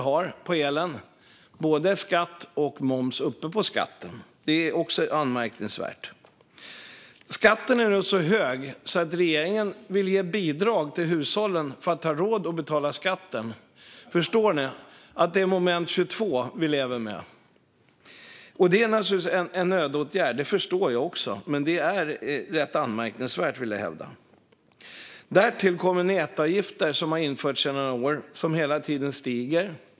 Det är både skatt och moms på skatten. Det är också anmärkningsvärt. Skatten är nu så hög att regeringen vill ge bidrag till hushållen för att ha råd att betala skatten. Förstår ni? Det är ett moment 22 vi lever med. Jag förstår att det naturligtvis är en nödåtgärd, men det är rätt anmärkningsvärt. Därtill kommer nätavgifter, som infördes för några år sedan, som hela tiden stiger.